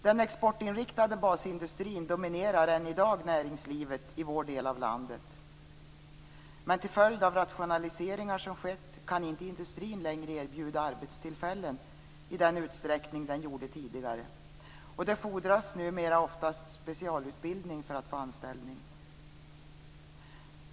Den exportinriktade basindustrin dominerar än i dag näringslivet i vår del av landet. Men till följd av de rationaliseringar som skett kan inte industrin längre erbjuda arbetstillfällen i den utsträckning den gjorde tidigare, och det fordras numera oftast specialutbildning för att få anställning.